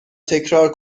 تکرار